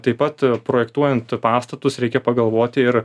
taip pat projektuojant pastatus reikia pagalvoti ir